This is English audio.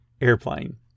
airplane